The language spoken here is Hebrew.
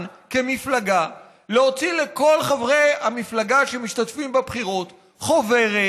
כמפלגה להוציא לכל חברי המפלגה שמשתתפים בבחירות חוברת,